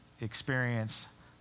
experience